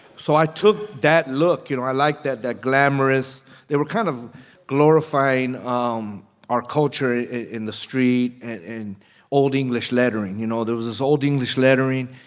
so i took that look. you know, i liked that that glamorous they were kind of glorifying um our culture in the street and old english lettering, you know. there was this old english lettering.